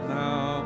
now